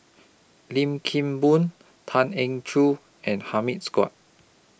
Lim Kim Boon Tan Eng Joo and Hamid Sugaat